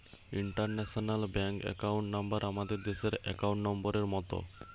international bank account number আমাদের দেশের account নম্বরের মত